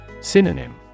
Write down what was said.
Synonym